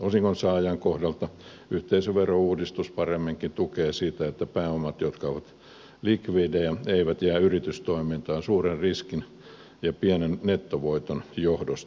osingonsaajan kohdalta yhteisöverouudistus paremminkin tukee sitä että pääomat jotka ovat likvidejä eivät jää yritystoimintaan suuren riskin ja pienen nettovoiton johdosta